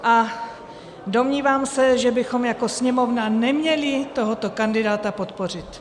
A domnívám se, že bychom jako Sněmovna neměli tohoto kandidáta podpořit.